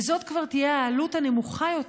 וזאת כבר תהיה העלות הנמוכה יותר,